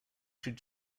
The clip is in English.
should